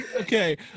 okay